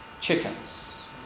Chickens